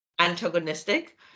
antagonistic